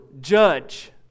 judge